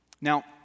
Now